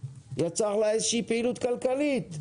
יצר לה איזו שהיא פעילות כלכלית,